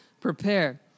Prepare